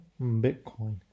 bitcoin